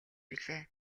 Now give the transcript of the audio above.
билээ